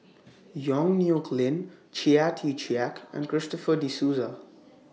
Yong Nyuk Lin Chia Tee Chiak and Christopher De Souza